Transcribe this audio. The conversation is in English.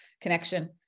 connection